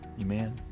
amen